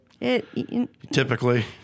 Typically